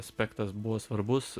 aspektas buvo svarbus